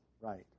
Right